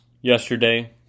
Yesterday